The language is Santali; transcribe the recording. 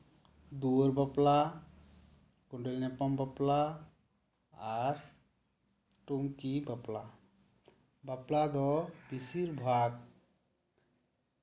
ᱫᱩᱣᱟᱹᱨ ᱵᱟᱯᱞᱟ ᱠᱚᱸᱰᱮᱞ ᱧᱟᱯᱟᱢ ᱵᱟᱯᱞᱟ ᱟᱨ ᱴᱩᱝᱠᱤ ᱵᱟᱯᱞᱟ ᱵᱟᱯᱞᱟ ᱫᱚ ᱵᱮᱥᱤᱨ ᱵᱷᱟᱜᱽ